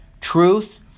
Truth